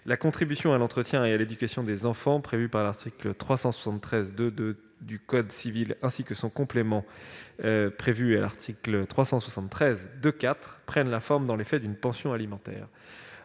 la contribution à l'entretien et à l'éducation des enfants, la CEEE, prévue par L'article 373-2-2 du code civil ainsi que son complément prévu à l'article 373-2-4 du code civil prennent la forme, dans les faits, d'une pension alimentaire.